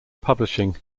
publishing